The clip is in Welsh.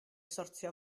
sortio